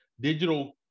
digital